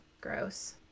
gross